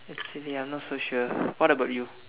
actually I'm not so sure what about you